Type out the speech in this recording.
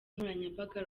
nkoranyambaga